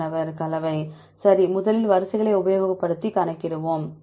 மாணவர் கலவை சரி முதலில் வரிசைகளை உபயோகப்படுத்தி கணக்கிடுவோம்